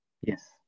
Yes